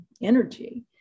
energy